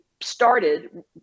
started